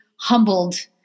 humbled